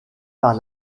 par